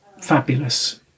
fabulous